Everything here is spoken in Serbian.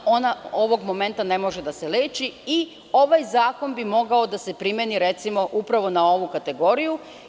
Ona ovog momenta ne može da se leči i ovaj zakon bi mogao da se primeni, recimo, upravo na ovu kategoriju.